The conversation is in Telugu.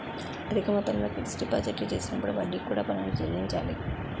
అధిక మొత్తంలో ఫిక్స్ డిపాజిట్లు చేసినప్పుడు వడ్డీకి కూడా పన్నులు చెల్లించాలి